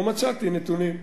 ומצאתי נתונים.